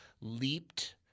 leaped